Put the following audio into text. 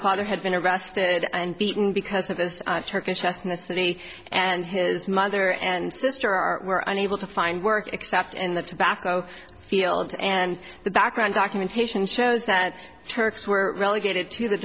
father had been arrested and beaten because of this turkish ethnicity and his mother and sister are unable to find work except in the tobacco fields and the background documentation shows that turks were relegated to the